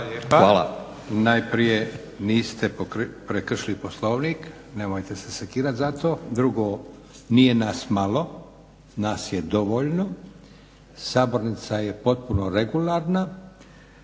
lijepa. Najprije, niste prekršili Poslovnik, nemojte se sekirat zato. Drugo nije nas malo, nas je dovoljno, sabornica je potpuno regularna,